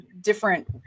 different